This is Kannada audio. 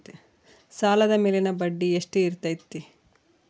ಸಾಲದ ಮೇಲಿನ ಬಡ್ಡಿ ಎಷ್ಟು ಇರ್ತೈತೆ?